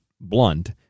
blunt